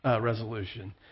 resolution